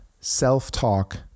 self-talk